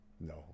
No